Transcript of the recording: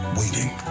waiting